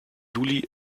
juli